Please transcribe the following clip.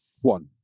One